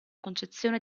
concezione